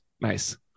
nice